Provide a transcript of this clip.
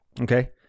Okay